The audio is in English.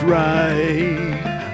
right